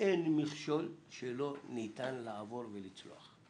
ואין מכשול שלא ניתן לעבור מלצלוח.